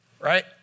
right